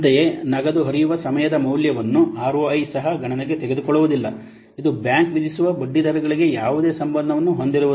ಅಂತೆಯೇ ನಗದು ಹರಿಯುವ ಸಮಯದ ಮೌಲ್ಯವನ್ನು ಆರ್ಒಐ ಸಹ ಗಣನೆಗೆ ತೆಗೆದುಕೊಳ್ಳುವುದಿಲ್ಲ ಇದು ಬ್ಯಾಂಕ್ ವಿಧಿಸುವ ಬಡ್ಡಿದರಗಳಿಗೆ ಯಾವುದೇ ಸಂಬಂಧವನ್ನು ಹೊಂದಿರುವುದಿಲ್ಲ